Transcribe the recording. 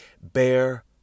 Bear